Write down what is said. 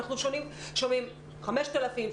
ואנחנו שומעים 5,000,